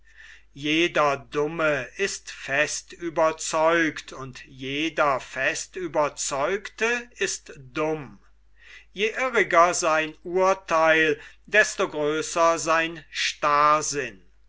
jeder dumme ist fest überzeugt und jeder fest ueberzeugte ist dumm je irriger sein urtheil desto größer sein